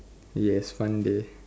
yes fun day